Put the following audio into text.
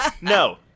no